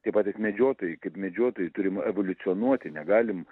tie patys medžiotojai kaip medžiotojai turim evoliucionuoti negalim